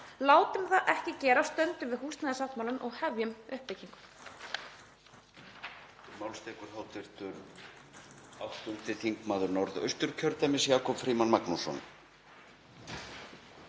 Látum það ekki gerast, stöndum við húsnæðissáttmálann og hefjum uppbyggingu.